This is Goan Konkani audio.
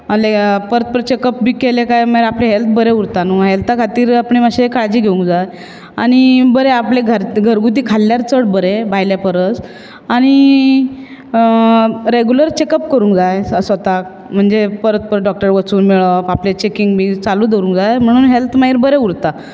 परत परत चॅक अप बी केलें काय मागीर आपलें हॅल्थ बी बरें उरता न्हूं हॅल्था खातीर आपणें मातशी काळजी घेवूंक जाय आनी बरें आपलें घरगुती खाल्लें चड बरें भायले परस आनी रेगुलर चॅक अप करूंक जाय स्वताक म्हणजे परत परत डॉक्टराक वचून मेळप आपलें चॅकींग बी चालू दवरूंक जाय म्हणून हॅल्थ बी मागीर बरें उरता